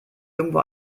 irgendwo